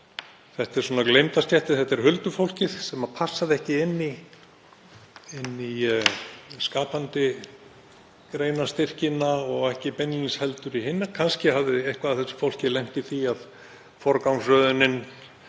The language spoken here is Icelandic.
Þetta er gleymda stéttin, þetta er huldufólkið sem passaði ekki inn í skapandi greina-styrkina og ekki beinlínis heldur í hina. Kannski hafði eitthvað af þessu fólki lent í því að forgangsröðunin,